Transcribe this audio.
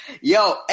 Yo